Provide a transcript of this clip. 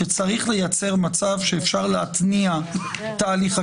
יופי שניצחתם, שיהיה לכם לבריאות.